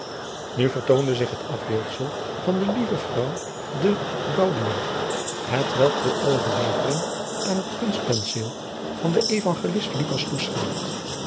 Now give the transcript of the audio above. nu vertoonde zich het afbeeldsel van de lieve vrouw de la gaudia hetwelk de overlevering aan het kunstpenseel van den euangelist lucas toeschrijft